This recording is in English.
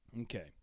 Okay